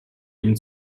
dem